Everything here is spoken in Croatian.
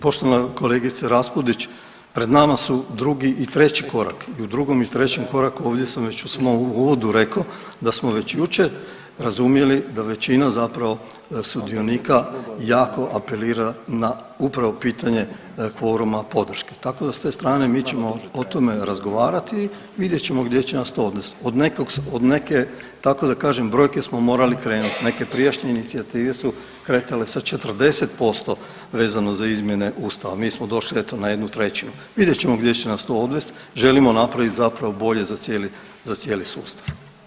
Poštovana kolegice Raspudić, pred nama su drugi i treći korak i u drugom i trećem koraku ovdje sam već u uvodu rekao da smo već jučer razumjeli da većina zapravo sudionika jako apelira na upravo pitanje kvoruma podrške, tako da s te strane mi ćemo o tome razgovarati i vidjet ćemo gdje će nas to odvesti, od nekog, od neke tako da kažem brojke smo morali krenut, neke prijašnje inicijative su kretale sa 40% vezano za izmjene ustava, mi smo došli eto na 1/3, vidjet ćemo gdje će nas to odvest, želimo napravit zapravo bolje za cijeli, za cijeli sustav.